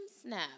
snap